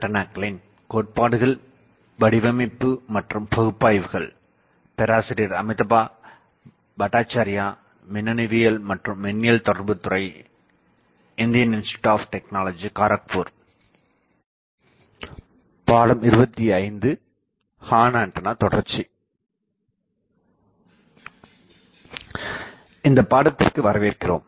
இந்தப்பாடத்திற்கு வரவேற்கிறோம்